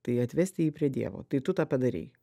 tai atvesti jį prie dievo tai tu tą padarei